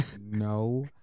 No